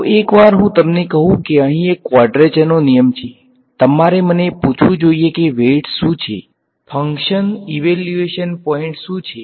તો એકવાર હું તમને કહું કે અહીં એક કવાડ્રેચરનો નિયમ છે તમારે મને પૂછવું જોઈએ કે વેઈટ્સ શું છે ફંકશન ઈવેલ્યુએશન પોઈંટ શું છે